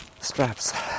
Straps